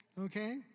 okay